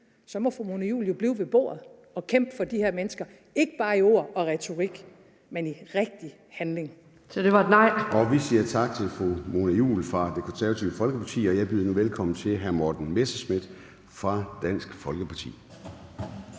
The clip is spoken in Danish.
må fru Mona Juul jo blive ved bordet og kæmpe for de her mennesker, ikke bare i ord og retorik, men i rigtig handling. (Mona Juul (KF): Så det var et nej). Kl. 13:36 Formanden (Søren Gade): Vi siger tak til fru Mona Juul fra Det Konservative Folkeparti, og jeg byder nu velkommen til hr. Morten Messerschmidt fra Dansk Folkeparti.